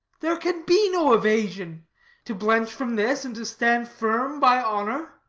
there can be no evasion to blench from this and to stand firm by honour.